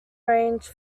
range